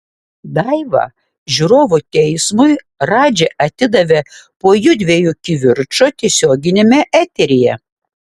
daivą žiūrovų teismui radži atidavė po jųdviejų kivirčo tiesioginiame eteryje